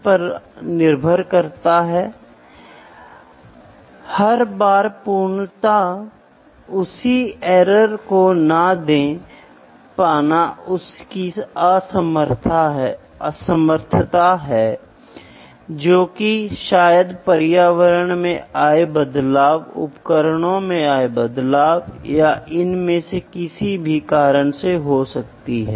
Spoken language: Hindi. एमपीरीकल मेथड का अर्थ है जब मैं प्रयोग करता हूं जब इस मशीन पर वर्ष के इस समय और इस वर्कपीस और इस उपकरण का उपयोग करके इस प्रयोगशाला में प्रयोग किया जाता है